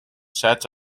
sets